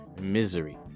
misery